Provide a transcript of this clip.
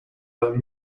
their